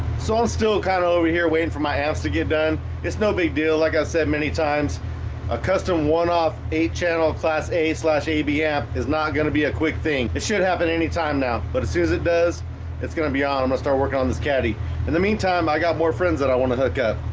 so i'm still kind of over here waiting for my hands to get done it's no big deal like i said many times a custom one-off eight channel of class a a b app is not gonna be a quick thing it should happen anytime now but as soon as it does it's gonna be on i'm gonna start working on this caddy in the meantime i got more friends that i want to hook up.